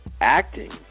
acting